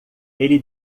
ele